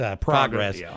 Progress